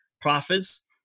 prophets